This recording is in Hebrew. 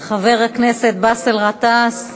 חבר הכנסת באסל גטאס,